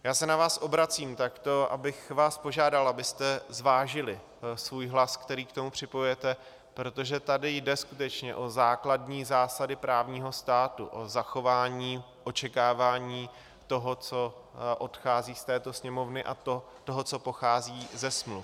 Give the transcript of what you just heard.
Já se na vás obracím takto, abych vás požádal, abyste zvážili svůj hlas, který k tomu připojujete, protože tady jde skutečně o základní zásady právního státu, o zachování očekávání toho, co odchází z této Sněmovny, a toho, co pochází ze smluv.